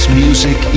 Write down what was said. music